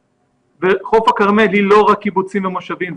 חוף הכרמל היא לא רק קיבוצים ומושבים,